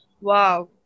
Wow